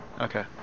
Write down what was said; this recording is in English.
Okay